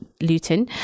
Luton